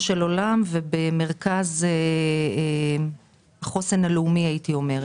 במרכז החוסן הלאומי שלנו.